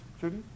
Judy